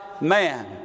man